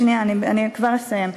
שנייה, אני כבר אסיים.